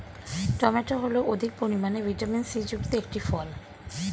tomato হল অধিক পরিমাণে ভিটামিন সি যুক্ত একটি ফল